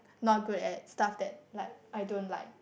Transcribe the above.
not good at stuff that like I don't like